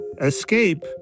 escape